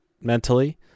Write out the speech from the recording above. mentally